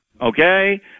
Okay